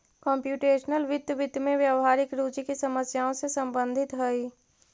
computational वित्त, वित्त में व्यावहारिक रुचि की समस्याओं से संबंधित हई